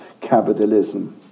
capitalism